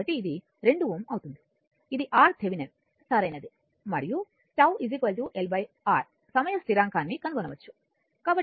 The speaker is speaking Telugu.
కాబట్టి ఇది2 Ω అవుతుంది ఇది RThevenin సరైనది మరియు τ L R సమయ స్థిరాంకాన్ని కనుగొనవచ్చు